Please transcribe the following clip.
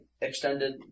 extended